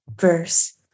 verse